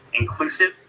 inclusive